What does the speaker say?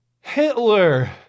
Hitler